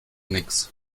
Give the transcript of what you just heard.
nix